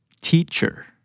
Teacher